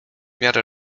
miarę